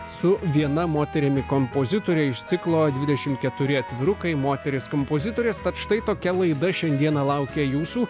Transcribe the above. su viena moterimi kompozitore iš ciklo dvidešim keturi atvirukai moterys kompozitorės tad štai tokia laida šiandieną laukia jūsų